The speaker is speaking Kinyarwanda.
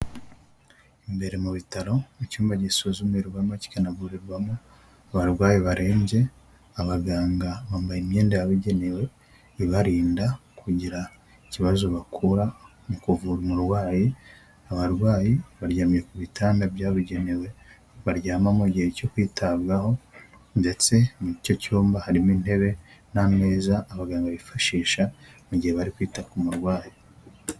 Imbere mu bitaro mu cyumba gisuzumirwama kikanavurirwamo abarwayi barembye, abaganga bambaye imyenda yababugenewe, ibarinda kugira ikibazo bakura mu kuvura umurwayi, abarwayi baryamye ku bitanda byabugenewe baryama mu gihe cyo kwitabwaho, ndetse muri icyo cyumba harimo intebe n'ameza abaganga bifashisha mu gihe bari kwita ku murwayi.